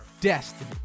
destiny